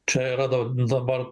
čia ir radau dabar